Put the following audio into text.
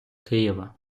києва